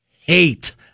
hate